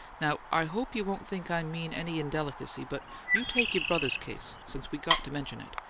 now, i hope you won't think i mean any indelicacy, but you take your brother's case, since we got to mention it,